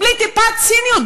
בלי טיפת ציניות,